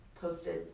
posted